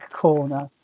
corner